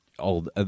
Old